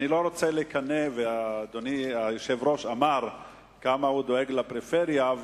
אדוני היושב-ראש אמר כמה הוא דואג לפריפריה.